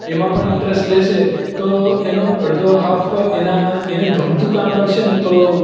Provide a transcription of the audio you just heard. એમાં પણ ઈંટરસ્ટ લેશે તો એનો અડધો હાફ એના એને ગમતું કામ કરશેને તો